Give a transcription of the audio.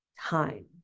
time